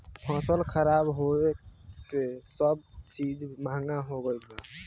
फसल खराब होखे से सब चीज महंगा हो गईल बा